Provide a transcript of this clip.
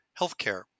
healthcare